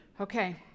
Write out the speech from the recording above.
Okay